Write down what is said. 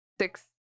six